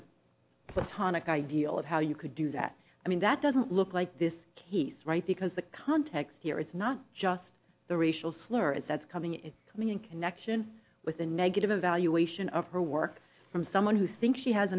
of platonic ideal of how you could do that i mean that doesn't look like this case right because the context here it's not just the racial slurs that's coming it's coming in connection with the negative evaluation of her work from someone who thinks she has